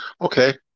Okay